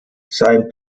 sein